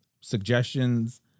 suggestions